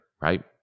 Right